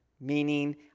meaning